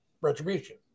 retribution